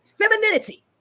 femininity